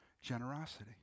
generosity